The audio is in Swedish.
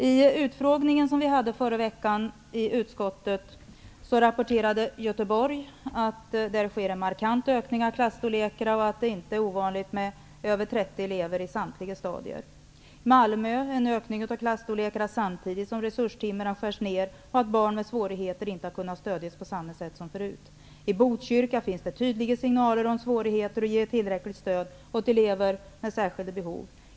I den utfrågning som under förra veckan genomfördes rapporterades från Göteborg att det där sker en markant ökning av klasstorlekarna och att det inte är ovanligt med över 30 elever på samtliga stadier. Från Malmö rapporterades en ökning av klasstorlekarna, samtidigt som antalet resurstimmar skärs ned och barn med svårigheter inte har kunnat stödjas på samma sätt som förut. I Botkyrka finns det tydliga signaler om svårigheter att ge tillräckligt stöd till elever med särskilda behov.